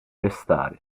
restare